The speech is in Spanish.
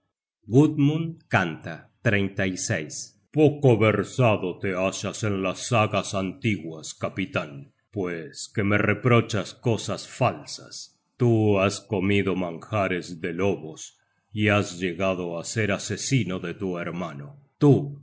en el molino güdmund canta poco versado te hallas en los sagas antiguos capitan pues que me reprochas cosas falsas tú has comido manjares de lobos y has llegado á ser asesino de tu hermano tú